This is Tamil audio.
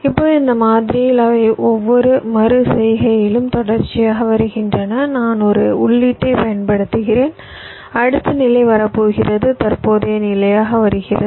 இப்போது இந்த மாதிரியில் அவை ஒவ்வொரு மறு செய்கையிலும் தொடர்ச்சியாக வருகின்றன நான் ஒரு உள்ளீட்டைப் பயன்படுத்துகிறேன் அடுத்த நிலை வரப்போகிறது தற்போதைய நிலையாக வருகிறது